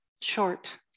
short